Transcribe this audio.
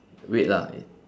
weight lah